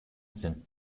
sind